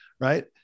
Right